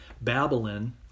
Babylon